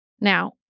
Now